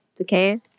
okay